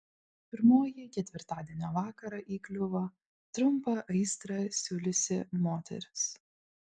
pirmoji ketvirtadienio vakarą įkliuvo trumpą aistrą siūliusi moteris